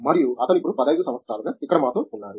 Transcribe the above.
మరియు అతను ఇప్పుడు 15 సంవత్సరాలుగా ఇక్కడ మాతో ఉన్నారు